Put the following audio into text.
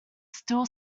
still